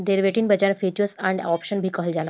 derivative बाजार futures and option भी कहल जाला